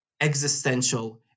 existential